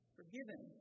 Forgiven